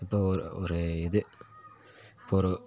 இப்போ ஒரு ஒரு இது இப்போ ஒரு